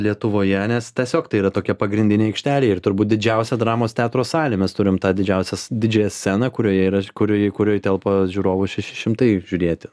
lietuvoje nes tiesiog tai yra tokia pagrindinė aikštelė ir turbūt didžiausia dramos teatro salė mes turim tą didžiausias didžiąją sceną kurioje yra kurioj kurioj telpa žiūrovų šeši šimtai žiūrėti